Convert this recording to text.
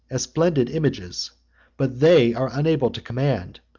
as splendid images but they are unable to command,